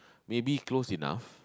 maybe close enough